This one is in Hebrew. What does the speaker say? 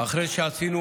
אחרי שעשינו